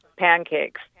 pancakes